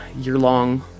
year-long